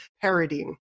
parodying